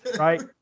Right